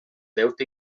deute